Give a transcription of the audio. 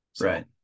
right